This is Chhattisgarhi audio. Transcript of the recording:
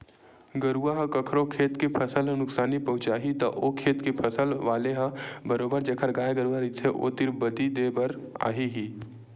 गरुवा ह कखरो खेत के फसल ल नुकसानी पहुँचाही त ओ खेत के फसल वाले ह बरोबर जेखर गाय गरुवा रहिथे ओ तीर बदी देय बर आही ही